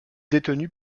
détenue